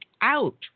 out